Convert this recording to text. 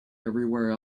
everywhere